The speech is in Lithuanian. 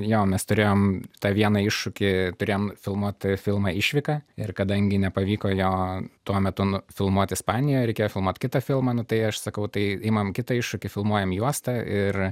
jo mes turėjom tą vieną iššūkį turėjom filmuot filmą išvyka ir kadangi nepavyko jo tuo metu nufilmuot ispanijoj reikėjo filmuot kitą filmą nu tai aš sakau tai imam kitą iššūkį filmuojam juosta ir